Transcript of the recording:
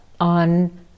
on